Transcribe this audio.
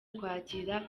kwakira